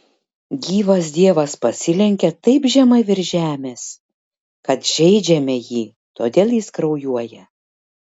gyvas dievas pasilenkia taip žemai virš žemės kad žeidžiame jį todėl jis kraujuoja